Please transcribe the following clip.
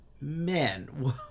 man